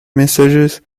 messages